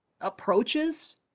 approaches